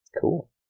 Cool